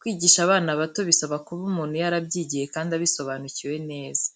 Kwigisha abana bato bisaba kuba umuntu yarabyigiye kandi abisobanukiwe neza.